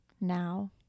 now